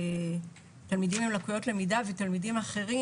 תלמידים עם לקויות למידה ותלמידים אחרים.